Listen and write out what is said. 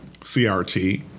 CRT